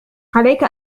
عليك